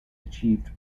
achieved